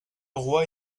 roi